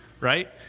Right